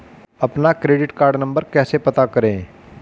अपना credit card number कैसे पता करें?